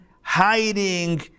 hiding